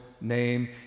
name